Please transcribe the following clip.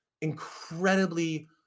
incredibly